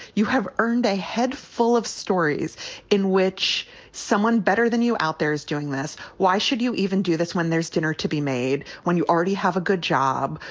you have earned a head full of stories in which someone better than you out there is doing this. why should you even do this when there's dinner to be made, when you already have a good job,